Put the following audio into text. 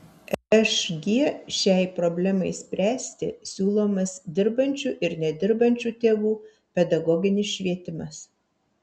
šg šiai problemai spręsti siūlomas dirbančių ir nedirbančių tėvų pedagoginis švietimas